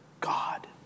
God